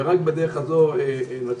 רק בדרך הזאת נצליח.